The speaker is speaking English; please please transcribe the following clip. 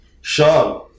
Sean